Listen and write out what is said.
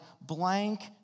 blank